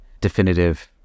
definitive